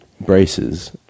braces